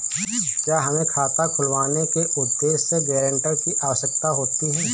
क्या हमें खाता खुलवाने के उद्देश्य से गैरेंटर की आवश्यकता होती है?